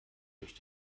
durch